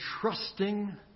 trusting